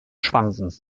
schwanken